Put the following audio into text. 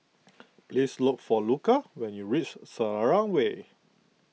please look for Luca when you reach Selarang Way